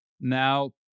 Now